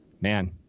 Man